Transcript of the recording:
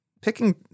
picking